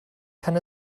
kann